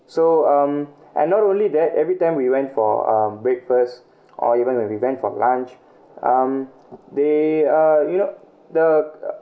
so um and not only that every time we went for uh breakfast or even when we went for lunch um they uh you know the uh